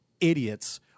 idiots